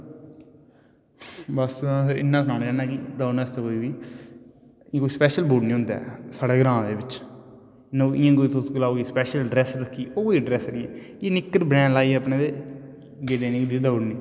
बस इन्ना गै सनना दौड़ने आस्ते कोई बी स्पैशल बूट कोई नेई होंदा ऐ साढ़े ग्रां दे बिच कोई नमी स्पेशल ड्रेस रक्खी कोई ड्रेस नेईं ऐ निक्कर वनेन लाई अपने ते गे उठी दौड़ने गी